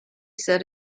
said